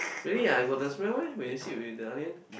really ah got the smell meh when you sit with the onion